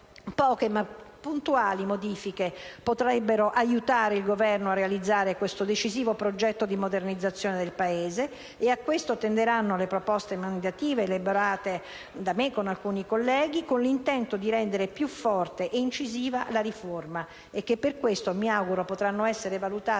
poche ma puntuali modifiche potrebbero aiutare il Governo a realizzare questo decisivo progetto di modernizzazione del Paese: a questo tenderanno le proposte emendative elaborate da me con alcuni colleghi, nell'intento di rendere più forte ed incisiva la riforma. Per questo, mi auguro potranno essere valutate